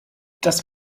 das